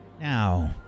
now